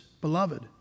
beloved